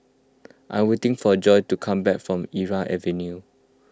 I am waiting for Joy to come back from Irau Avenue